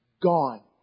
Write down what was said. Gone